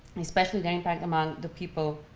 especially the impact among the people